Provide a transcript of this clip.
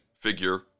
figure